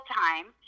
time